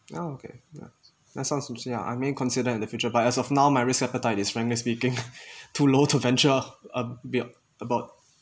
ya okay ya that sounds I may consider in the future but as of now my risk appetite is frankly speaking too low to venture a~ be about